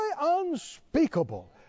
unspeakable